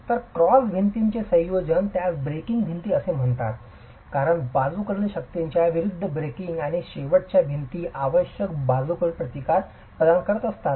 तर क्रॉस भिंतींचे संयोजन त्यास ब्रेकिंग भिंती असेही म्हणतात कारण बाजूकडील शक्तीच्या विरूद्ध ब्रेकिंग आणि शेवटच्या भिंती आवश्यक बाजूकडील प्रतिकार प्रदान करतात